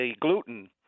gluten